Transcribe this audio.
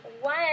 One